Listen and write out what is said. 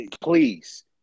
please